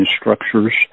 structures